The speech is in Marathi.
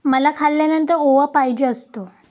मला खाल्यानंतर ओवा पाहिजे असतो